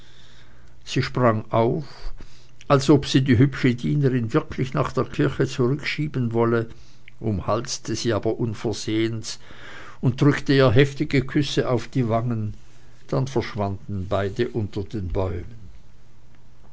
sie sprang auf als ob sie die hübsche dienerin wirklich nach der kirche zurückschieben wollte umhalste sie aber unversehens und drückte ihr heftige küsse auf die wangen dann verschwanden beide unter den bäumen